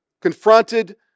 confronted